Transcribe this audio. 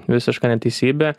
visiška neteisybė